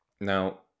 Now